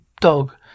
dog